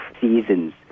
seasons